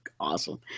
Awesome